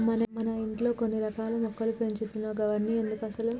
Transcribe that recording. మన ఇంట్లో కొన్ని రకాల మొక్కలు పెంచుతున్నావ్ గవన్ని ఎందుకసలు